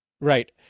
Right